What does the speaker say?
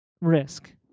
risk